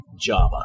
Java